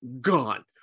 gone